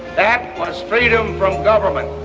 that was freedom from government,